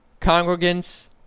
Congregants